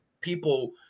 people –